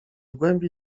głębi